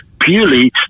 purely